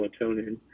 melatonin